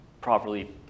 properly